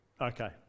Okay